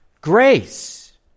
grace